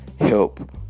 help